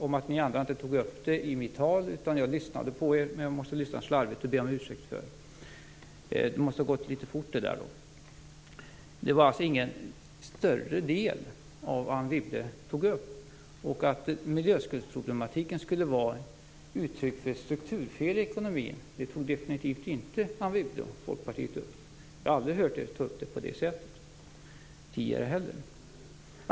Om jag nu missade att Anne Wibble i förbigående nämnde miljö i sitt anförande måste jag ha lyssnat slarvigt, och det ber jag om ursäkt för. Det måste ha gått litet fort. Det utgjorde ingen större del av det som Anne Wibble tog upp. Att miljöskuldsproblematiken skulle vara ett uttryck för strukturfel i ekonomin tog Anne Wibble och Folkpartiet definitivt inte upp. Jag har aldrig hört er ta upp det på det sättet tidigare heller.